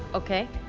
okay.